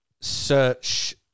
search